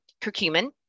curcumin